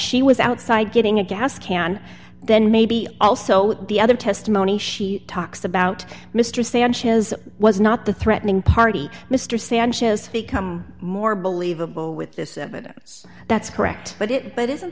she was outside getting a gas can then maybe also the other testimony she talks about mr sanchez was not the threatening party mr sanchez become more believable with this evidence that's correct but it but isn't